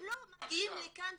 הם לא מגיעים לכאן --- כולנו.